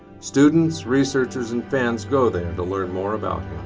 students, researchers and fans go there to learn more about